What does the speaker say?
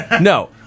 No